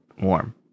warm